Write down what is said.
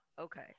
okay